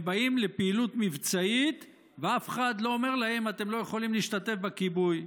באים לפעילות מבצעית ואף אחד לא אומר להם שהם לא יכולים להשתתף בכיבוי.